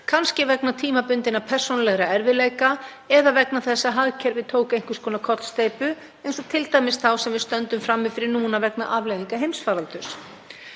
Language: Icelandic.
kannski vegna tímabundinna, persónulegra erfiðleika eða vegna þess að hagkerfið tók einhvers konar kollsteypu, eins og t.d. þá sem við stöndum frammi fyrir núna vegna afleiðinga heimsfaraldurs.